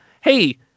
hey